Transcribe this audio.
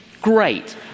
Great